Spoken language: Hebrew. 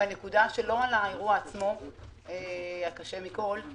לא על האירוע עצמו הקשה מכול,